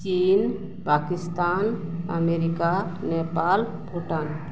China Pakistan America Nepal Bhutan